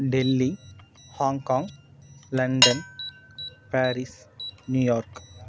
Delhi Hong Kong London Paris New York